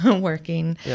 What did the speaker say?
working